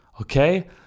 Okay